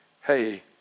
Hey